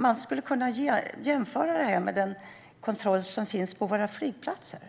Man skulle kunna jämföra detta med den kontroll som finns på våra flygplatser: